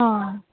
ਹਾਂ